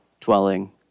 dwelling